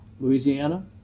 Louisiana